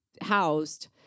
housed